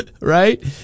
Right